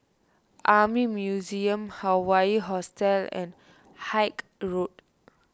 Army Museum Hawaii Hostel and Haig Road